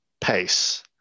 pace